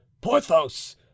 porthos